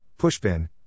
Pushpin